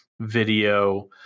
video